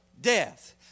death